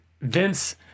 Vince